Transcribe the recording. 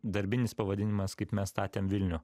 darbinis pavadinimas kaip mes statėm vilnių